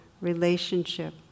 relationship